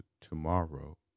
tomorrow